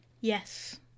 Yes